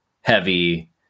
heavy